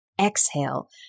exhale